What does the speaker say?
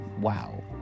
wow